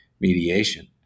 mediation